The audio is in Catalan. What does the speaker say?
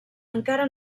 encara